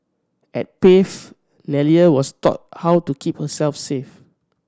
at Pave Nellie was taught how to keep herself safe